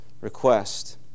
request